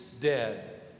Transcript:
dead